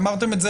אמרתם את זה.